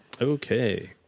Okay